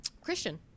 Christian